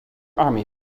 army